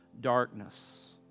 darkness